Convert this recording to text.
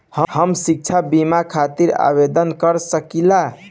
हम शिक्षा बीमा खातिर आवेदन कर सकिला?